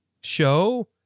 show